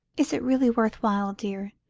is it really worth while, dear?